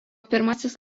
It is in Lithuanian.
pirmasis